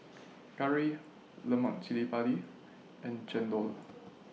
Curry Lemak Cili Padi and Chendol